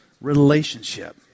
relationship